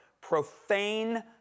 profane